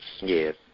Yes